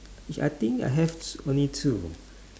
I think I have only two